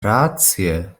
rację